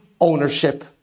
ownership